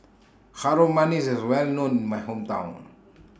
Harum Manis IS Well known in My Hometown